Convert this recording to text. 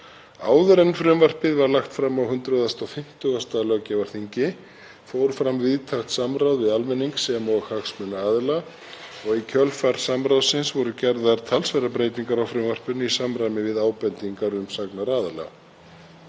Áður en frumvarpið var lagt fram á 150. löggjafarþingi fór fram víðtækt samráð við almenning sem og hagsmunaaðila og í kjölfar samráðsins voru gerðar talsverðar breytingar á frumvarpinu í samræmi við ábendingar umsagnaraðila.